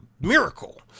miracle